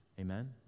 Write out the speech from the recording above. Amen